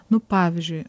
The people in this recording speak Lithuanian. nu pavyzdžiui